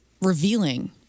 revealing